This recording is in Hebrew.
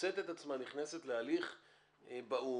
מוצאת את עצמה נכנסת להליך באו"ם